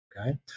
Okay